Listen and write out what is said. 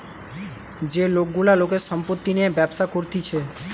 যে লোক গুলা লোকের সম্পত্তি নিয়ে ব্যবসা করতিছে